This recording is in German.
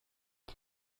ich